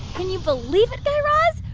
can you believe it, guy raz?